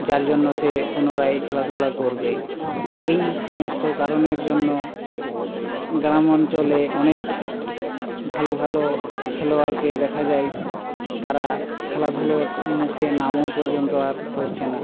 যার জন্য সে পুনরায় খেলাধুলা করবে এই সমস্ত কারণের জন্য গ্রাম অঞ্চলে অনেক ভালো ভালো খেলোয়ারকে দেখা যায় তারা খেলাধুলোর মুখে নামও পর্যন্ত আর করছে না